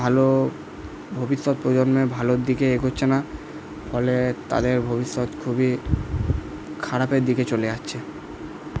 ভালো ভবিষ্যৎ প্রজন্মে ভালোর দিকে এগোচ্ছে না ফলে তাদের ভবিষ্যৎ খুবই খারাপের দিকে চলে যাচ্ছে